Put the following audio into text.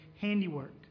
handiwork